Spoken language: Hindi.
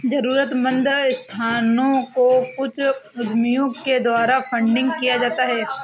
जरूरतमन्द संस्थाओं को कुछ उद्यमियों के द्वारा फंडिंग किया जाता है